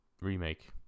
remake